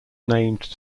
named